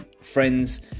friends